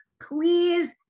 Please